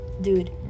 dude